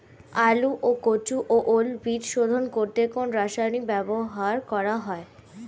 আলু ও কচু ও ওল বীজ শোধন করতে কোন রাসায়নিক ব্যবহার করা হয়?